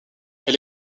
elle